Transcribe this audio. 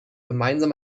gemeinsam